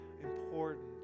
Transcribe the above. important